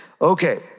Okay